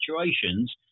situations